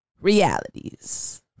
Realities